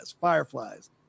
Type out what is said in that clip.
fireflies